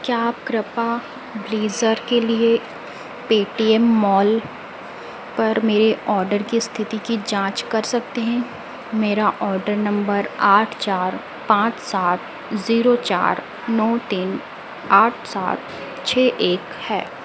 क्या आप कृपया ब्लेजर के लिए पेटीएम मॉल पर मेरे ऑर्डर की स्थिति की जाँच कर सकते हैं मेरा ऑर्डर नम्बर आठ चार पाँच सात जीरो चार नौ तीन आठ सात छः एक है